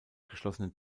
geschlossenen